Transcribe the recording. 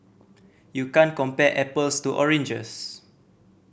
you can't compare apples to oranges